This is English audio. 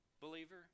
believer